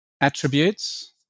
attributes